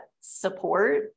support